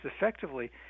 effectively